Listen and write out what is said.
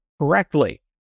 correctly